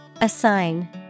Assign